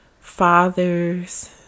fathers